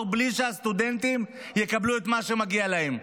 בלי שהסטודנטים יקבלו את מה שמגיע להם.